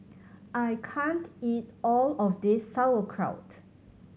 I can't eat all of this Sauerkraut